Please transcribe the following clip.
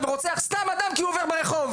שרוצח אדם יהודי שסתם עבר ברחוב